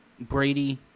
Brady